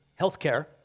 healthcare